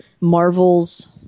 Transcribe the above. Marvel's